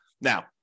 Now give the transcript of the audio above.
Now